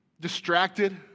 distracted